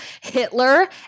Hitler